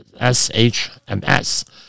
SHMS